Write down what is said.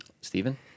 Stephen